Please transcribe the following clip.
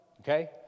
okay